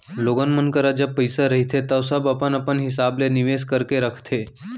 लोगन मन करा जब पइसा रहिथे तव सब अपन अपन हिसाब ले निवेस करके रखथे